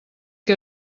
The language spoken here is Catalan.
que